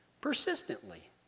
persistently